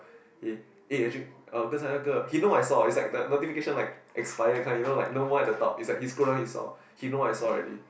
eh eh actua~ 跟才那个：gen cai na ge he know I saw it's like the the notification like expire kind you know like no more at the top it's like he scroll down he saw he know I saw already